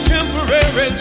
Temporary